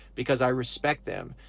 because i respect them.